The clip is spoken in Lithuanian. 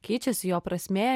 keičiasi jo prasmė